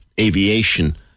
aviation